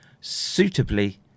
suitably